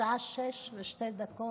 השעה 06:02,